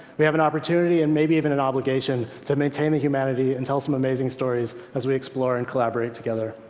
we have an opportunity, and maybe even an obligation, to maintain the humanity and tell some amazing stories as we explore and collaborate together.